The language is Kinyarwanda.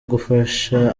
gufasha